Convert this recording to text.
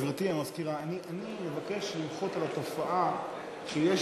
גברתי המזכירה, אני מבקש למחות על התופעה שיש